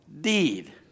deed